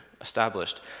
established